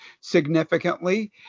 significantly